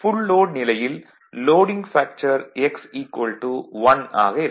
full load நிலையில் loading factor x 1 ஆக இருக்கும்